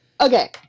Okay